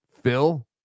Phil